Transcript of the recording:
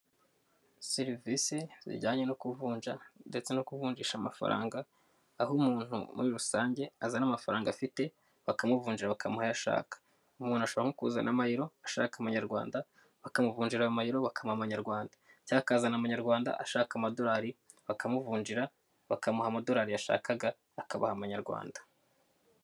Serivisi zijyanye no kuvunja ndetse no ku kuvunjisha amafaranga, aho umuntu muri rusange azana amafaranga afite bakamuvunjara bakamuha ayo ashaka. Umuntu ashobora nko kuzana amayero ashaka amanyarwanda bakamuvungirara mu mayero bakamuha amanyarwanda. Cyangwa akazana amanyarwanda ashaka amadolari bakamuvunjira bakamuha amadolari yashakaga akabaha amanyarwanda.